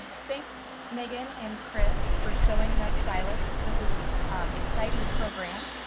thanks, megan and chris for showing us silas. this is an exciting program.